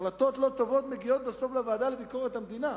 החלטות לא טובות מגיעות בסוף לוועדה לביקורת המדינה,